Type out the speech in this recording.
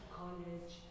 college